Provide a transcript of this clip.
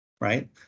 right